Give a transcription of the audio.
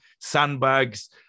sandbags